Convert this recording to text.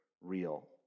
real